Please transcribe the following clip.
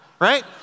Right